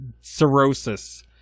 cirrhosis